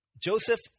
Joseph